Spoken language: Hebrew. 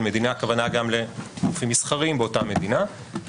אל מדינה הכוונה גם לגופים מסחריים באותה מדינה,